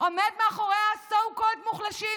עומד מאחורי ה-so called "מוחלשים".